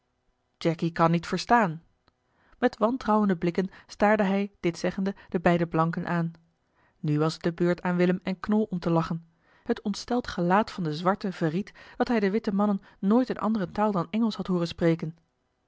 jacky kan niet verstaan met wantrouwende blikken staarde hij dit zeggende de beide blanken aan nu was het de beurt aan willem en knol om te lachen het ontsteld gelaat van den zwarte verried dat hij de witte mannen nooit eene andere taal dan engelsch had hooren spreken